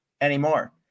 anymore